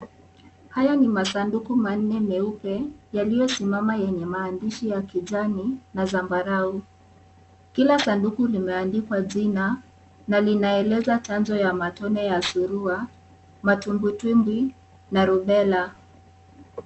Haya ni masanduku manne meupe yaliyosimama yenye maandishi ya kijani na zambarao . Kila sanduku limeandikwa jina na kinaeleza chanjo ya matone ya surua, matumbwitumbwi na rubella.